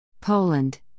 Poland